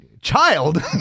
child